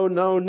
no